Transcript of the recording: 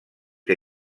que